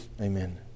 Amen